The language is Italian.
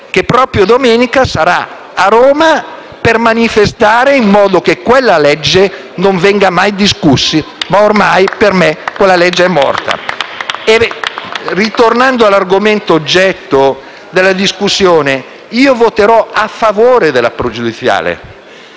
che proprio domenica sarà a Roma per manifestare in modo che quella legge non venga mai discussa. Ma ormai per me quel provvedimento è morto! *(Applausi dal Gruppo LN-Aut)*. Tornando all'argomento oggetto della discussione, io voterò a favore della pregiudiziale.